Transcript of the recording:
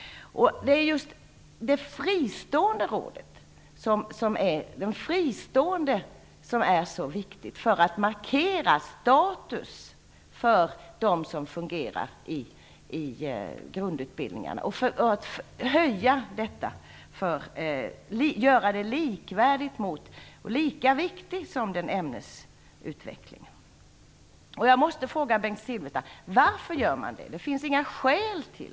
Det är just detta med fristående som är så viktigt för att markera statusen för dem som fungerar i grundutbildningarna och för att göra det här lika viktigt som ämnesutvecklingen. Jag måste fråga Bengt Silfverstrand varför man gör som man gör.